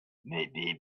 maybe